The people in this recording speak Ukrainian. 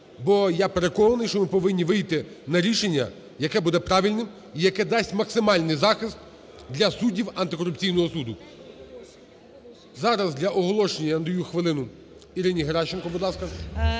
бо я переконаний, що ми повинні вийти на рішення, яке буде правильним і яке дасть максимальний захист для суддів антикорупційного суду. Зараз для оголошення я надаю хвилину Ірині Геращенко. Будь ласка.